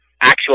actual